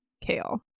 Kale